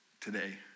today